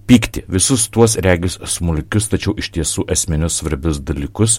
pykti visus tuos regis smulkius tačiau iš tiesų esminius svarbius dalykus